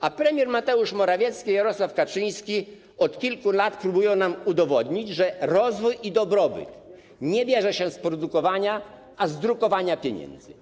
A premier Mateusz Morawiecki i Jarosław Kaczyński od kilku lat próbują nam udowodnić, że rozwój i dobrobyt nie biorą się z produkowania, a z drukowania pieniędzy.